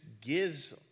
gives